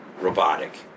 robotic